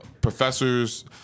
professors